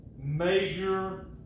major